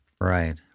Right